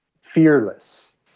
fearless